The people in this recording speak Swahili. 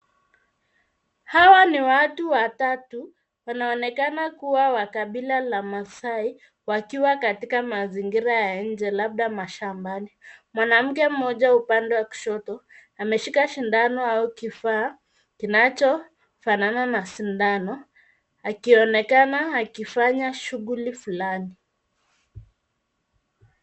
Hawa ni watu watatu wanaonekana kuwa wa kabila la masai wakiwa katika mazingira ya nje labda mashambani. Mwanamke mmoja upande wa kushoto ameshika shindano au kifaa kinachofanana na sindano akionekana akifanya shughuli fulani.